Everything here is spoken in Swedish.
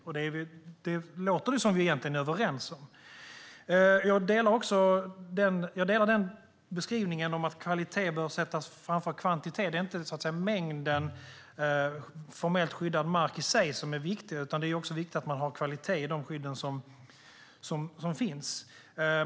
Det låter som att vi egentligen är överens om det. Jag håller med om beskrivningen att kvalitet bör sättas före kvantitet. Det är inte mängden formellt skyddad mark i sig som är viktig, utan det är också viktigt att man har kvalitet i det skydd som finns.